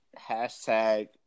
Hashtag